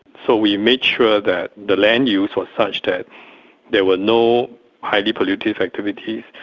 so we made sure that the land use was such that there were no highly polluted activities,